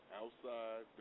outside